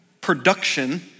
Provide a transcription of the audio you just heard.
production